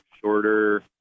shorter